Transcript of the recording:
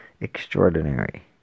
extraordinary